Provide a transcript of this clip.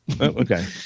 Okay